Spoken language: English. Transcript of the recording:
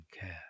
care